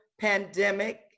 pandemic